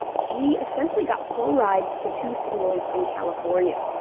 she essentially got full rides to two schools in california,